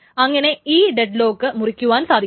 അങ്ങനെ ഈ ഡെഡ്ലോക്ക് മുറിക്കുവാൻ സാധിക്കും